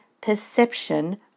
perception